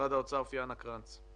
משרד האוצר פיאנה קרנץ.